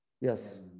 yes